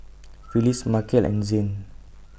Phyllis Markel and Zane